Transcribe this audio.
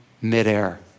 midair